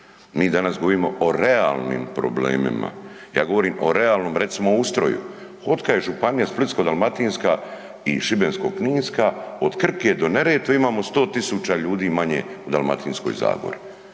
Mi danas govorimo o realnim problemima, ja govorim o realnom recimo ustroju, otkad je županija Splitsko-dalmatinska i Šibensko-kninska od Krke do Neretve imamo 100 000 ljudi manje u Dalmatinskoj zagori.